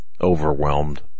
overwhelmed